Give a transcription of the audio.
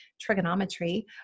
trigonometry